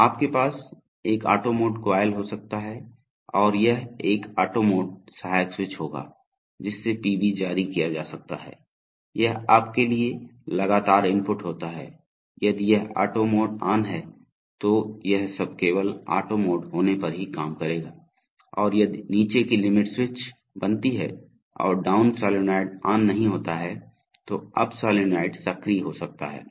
तो आपके पास एक ऑटो मोड कॉइल हो सकता है और यह एक ऑटो मोड सहायक स्विच होगा जिससे पीबी जारी किया जा सकता है यह आपके लिए लगातार इनपुट होता है यदि यह ऑटो मोड ऑन है तो यह सब केवल ऑटो मोड होने पर ही काम करेगा और यदि नीचे की लिमिट स्विच बनती है और डाउन सोलनॉइड ऑन नहीं होता है तो अप सोलनॉइड सक्रिय हो सकता है